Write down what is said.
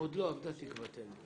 עוד לא אבדה תקוותנו.